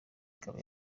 ikaba